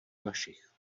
vašich